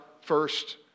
first